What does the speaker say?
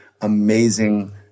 amazing